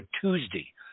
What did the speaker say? Tuesday